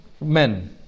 men